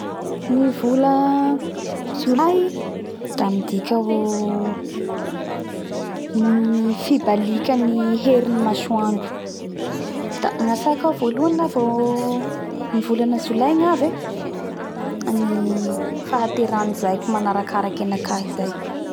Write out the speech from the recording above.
Ny vola Jolay da midika ho fibalikany hery ny masoandro da gnatsaiko ao voalohany la vo ny volana jolay gnavy e da ny fahaterany zaiko manarakaraky anakahy zay